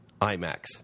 IMAX